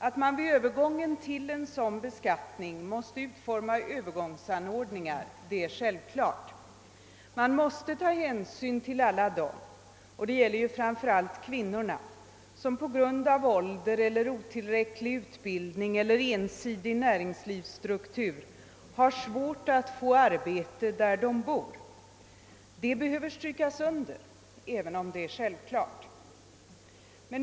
Att man vid övergången till en sådan beskattning måste utforma övergångsananordningar är självklart. Man måste ta hänsyn till alla dem — det gäller framför allt kvinnorna — som på grund av ålder eller otillräcklig utbildning eller ensidig näringslivsstruktur har svårt att få arbete där de bor. Detta behöver strykas under, även om det är självklart.